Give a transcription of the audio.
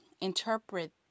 interpret